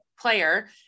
player